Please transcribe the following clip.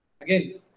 Again